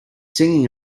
singing